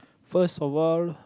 first of all